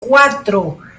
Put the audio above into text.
cuatro